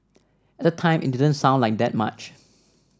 at the time it didn't sound like that much